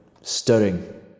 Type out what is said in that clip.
stirring